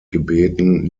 gebeten